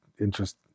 interest